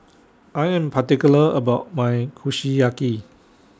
I Am particular about My Kushiyaki